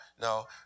no